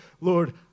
Lord